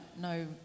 no